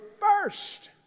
first